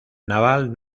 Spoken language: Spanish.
naval